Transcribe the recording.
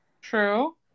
True